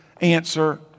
answer